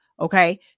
Okay